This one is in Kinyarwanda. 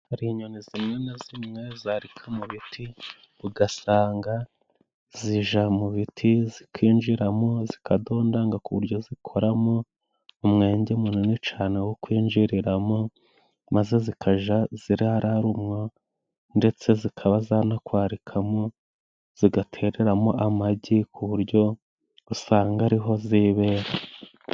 Hari inyoni zimwe na zimwe zarika mu biti ugasanga zija mu biti zikinjiramo, zikadodanga ku buryo zikoramo umwenge munini cane wo kwinjiriramo, maze zikaja zirarara umwo ndetse zikaba zanakwarikamo, zigatereramo amagi ku buryo usanga ariho zibera.